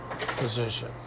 position